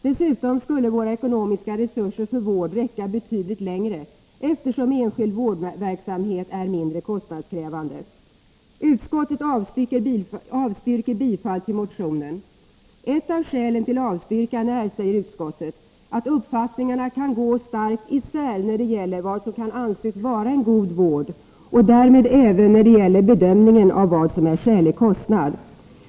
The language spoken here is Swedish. Dessutom skulle våra ekonomiska resurser för vård räcka betydligt längre, eftersom enskild vårdverksamhet är mindre kostnadskrävande. Utskottet avstyrker bifall till motionen. Ett av skälen till avstyrkan är, säger utskottet, att uppfattningarna kan gå starkt isär när det gäller vad som skall anses vara en god vård och därmed även när det gäller bedömningen av vad som är skälig kostnad.